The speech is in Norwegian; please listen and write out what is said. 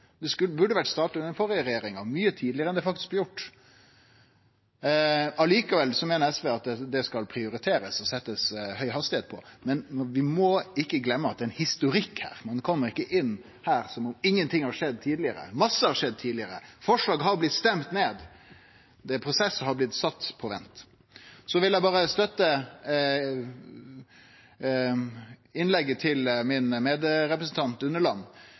burde vore starta under den førre regjeringa, mykje tidlegare enn det faktisk blei gjort. Likevel meiner SV at det skal prioriterast og setjast høg hastigheit på, men vi må ikkje gløyme at det er ein historikk her. Ein kjem ikkje inn her som om ingenting har skjedd tidlegare. Mykje har skjedd tidlegare; forslag har blitt stemte ned. Det er ein prosess som har blitt satt på vent. Eg vil berre støtte innlegget til min medrepresentant